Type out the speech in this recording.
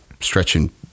stretching